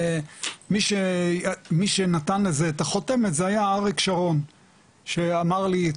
ומי שנתן לזה את החותמת זה היה אריק שרון שאמר לי,